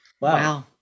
Wow